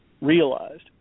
realized